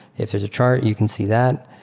if there's a chart, you can see that.